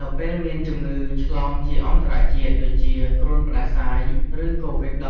នៅពេលមានជំងឺឆ្លងជាអន្តរជាតិដូចជាគ្រុនផ្ដាសាយ ឬកូវីដ១៩ រ